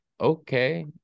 okay